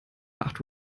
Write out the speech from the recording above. acht